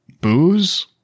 booze